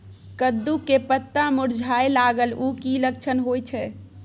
कद्दू के पत्ता मुरझाय लागल उ कि लक्षण होय छै?